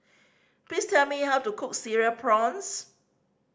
please tell me how to cook Cereal Prawns